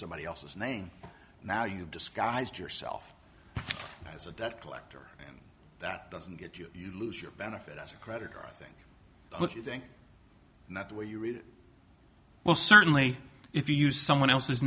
somebody else's name now you've disguised yourself as a debt collector that doesn't get you you lose your benefit as a credit card i think what you think not the way you read it well certainly if you use someone else's